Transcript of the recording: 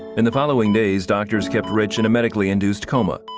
in the following days, doctors kept rich in a medically induced coma,